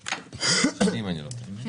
ג' בטבת התשפ"ב,